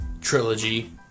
trilogy